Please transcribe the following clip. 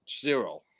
zero